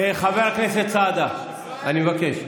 חבר הכנסת סעדה, אני מבקש.